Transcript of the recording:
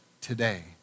today